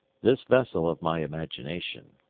this vessel of my imagination,